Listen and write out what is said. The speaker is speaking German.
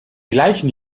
gleichen